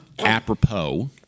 apropos